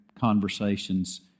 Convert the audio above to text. conversations